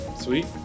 Sweet